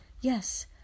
yes